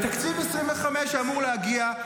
בתקציב 2025 שאמור להגיע,